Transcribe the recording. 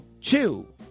two